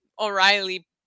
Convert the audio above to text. O'Reilly